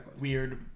weird